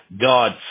God